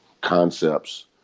concepts